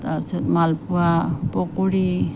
তাৰ পিছত মালপোৱা পকৰি